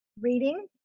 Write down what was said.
reading